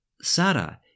Sarah